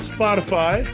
Spotify